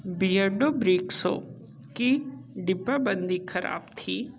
Beardo brick soap की डिब्बाबंदी ख़राब थी